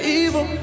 evil